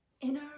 inner